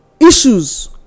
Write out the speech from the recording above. Issues